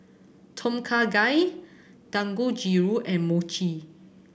Tom Kha Gai Dangojiru and Mochi